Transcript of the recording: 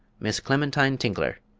miss clementine tinkler.